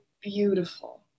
beautiful